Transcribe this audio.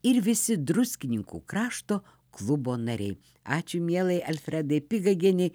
ir visi druskininkų krašto klubo nariai ačiū mielai alfredai pigagienei